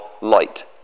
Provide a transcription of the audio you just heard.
light